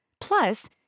Plus